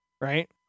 Right